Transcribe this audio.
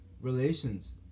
relations